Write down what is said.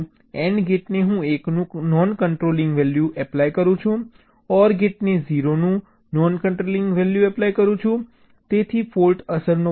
AND gate ને હું 1 નું નોન કંટ્રોલિંગ વેલ્યૂ એપ્લાય કરું છું OR ગેટ ને હું 0 નું નોન કંટ્રોલિંગ વેલ્યૂ એપ્લાય કરું છું જેથી ફોલ્ટ અસરનો પ્રચાર થાય